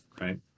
right